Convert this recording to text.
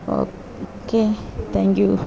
okay thank you